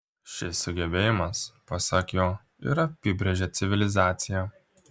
šis sugebėjimas pasak jo ir apibrėžia civilizaciją